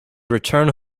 return